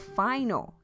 final